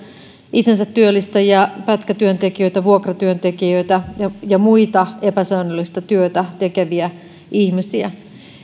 itsensä työllistäjiä pätkätyöntekijöitä vuokratyöntekijöitä ja ja muita epäsäännöllistä työtä tekeviä ihmisiä